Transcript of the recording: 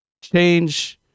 change